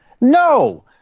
No